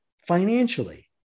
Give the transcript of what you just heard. financially